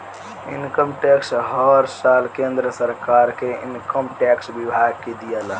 income tax हर साल केंद्र सरकार के इनकम टैक्स विभाग के दियाला